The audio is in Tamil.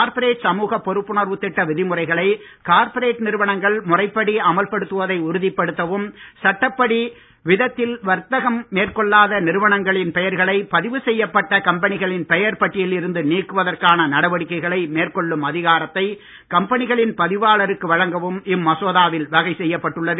கார்ப்பரேட் சமூக பொறுப்புணர்வு திட்ட விதிமுறைகளை கார்ப்பரேட் நிறுவனங்கள் முறைப்படி அமல்படுத்துவதை உறுதிப்படுத்தவும் சட்டப்படியான விதத்தில் வர்த்தகம் மேற்கொள்ளாத நிறுவனங்களின் பெயர்களை பதிவு செய்யப்பட்ட கம்பெனிகளின் பெயர் பட்டியலில் இருந்து நீக்குவதற்கான நடவடிக்கைகளை மேற்கொள்ளும் அதிகாரத்தை கம்பெனிகளின் பதிவாளருக்கு வழங்கவும் வகை செய்யப்பட்டுள்ளது